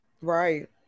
right